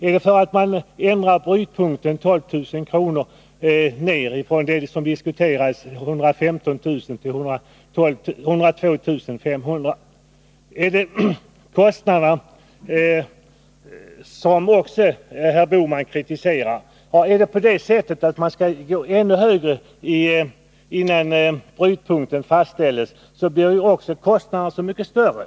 Eller är det att man ändrar brytpunkten 12 000 kr. nedåt i förhållande till den nivå som tidigare diskuterades — från 115 000 till 102 500? Är anledningen kostnaderna, som herr Bohman också kritiserar? Skall man gå ännu högre med brytpunkten blir också kostnaderna mycket större.